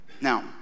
now